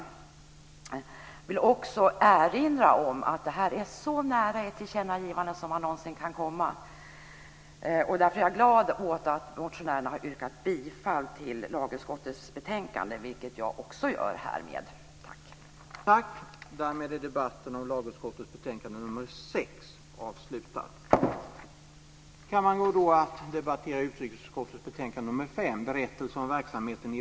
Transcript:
Jag vill också erinra om att det här är så nära ett tillkännagivande som man någonsin kan komma, och därför är jag glad åt att motionärerna har yrkat bifall till lagutskottets betänkande, vilket jag också gör härmed.